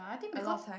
a lot of time